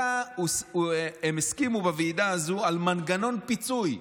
הם הסכימו בוועידה הזאת על מנגנון פיצוי.